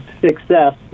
success